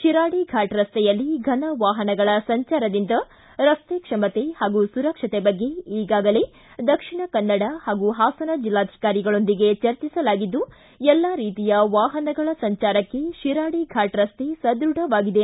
ಶಿರಾಡಿ ಫಾಟ ರಸ್ತೆಯಲ್ಲಿ ಫನ ವಾಹನಗಳ ಸಂಚಾರದಿಂದ ರಸ್ತೆ ಕ್ಷಮತೆ ಹಾಗೂ ಸುರಕ್ಷತೆ ಬಗ್ಗೆ ಈಗಾಗಲೇ ದಕ್ಷಿಣ ಕನ್ನಡ ಹಾಗೂ ಹಾಸನ ಜಿಲ್ಲಾಧಿಕಾರಿಗಳೊಂದಿಗೆ ಚರ್ಚಿಸಲಾಗಿದ್ದು ಎಲ್ಲಾ ರೀತಿಯ ವಾಹನಗಳ ಸಂಚಾರಕ್ಕೆ ಶಿರಾಡಿ ಫಾಟ ರಸ್ತೆ ಸದೃಢವಾಗಿದೆ